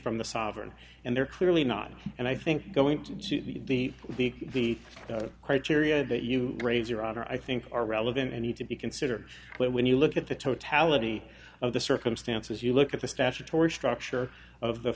from the sovereign and they're clearly not and i think going to see the the criteria that you raise your honor i think are relevant and need to be considered when you look at the totality of the circumstances you look at the statutory stress sure of the